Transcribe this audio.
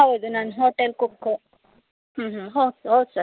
ಹೌದು ನಾನು hotel cook ಹ್ಞ್ ಹ್ಞ್ ಹೋ ಹೌದು ಸರ್